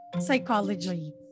psychology